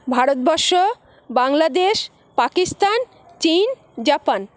ভারতবর্ষ বাংলাদেশ পাকিস্তান চীন জাপান